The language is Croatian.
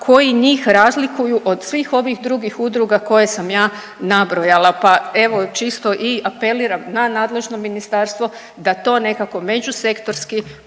koji njih razlikuju od svih ovih drugih udruga koje sam ja nabrojala. Pa evo čisto i apeliram na nadležno ministarstvo da to nekako međusektorski